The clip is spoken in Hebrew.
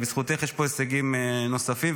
בזכותך יש פה הישגים נוספים.